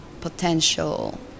potential